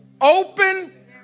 open